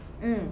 mm